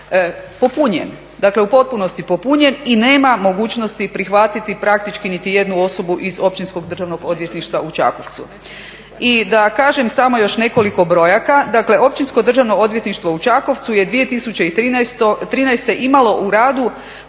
popunjen, dakle u potpunosti popunjen i nema mogućnosti prihvatiti praktički niti jednu osobu iz Općinskog državnog odvjetništva u Čakovcu. I da kažem samo još nekoliko brojaka dakle Općinsko državno odvjetništvo u Čakovcu je 2013.imalo u radu